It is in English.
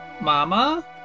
Mama